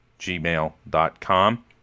gmail.com